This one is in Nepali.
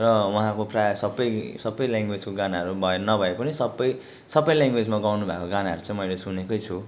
र उहाँको प्रायः सबै सबै ल्याङ्गवेजको गानाहरू भए नभए पनि सबै सबै ल्याङ्गवेजमा गाउनुभएको गानाहरू चाहिँ मैले सुनेकै छु